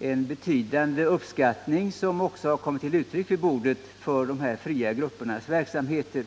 en betydande uppskattning av de här fria gruppernas verksamheter, och den har också kommit till uttryck vid utskottssammanträdena.